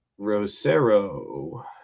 Rosero